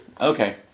Okay